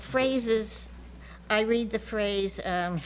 phrases i read the phrase